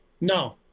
No